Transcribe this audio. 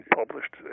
published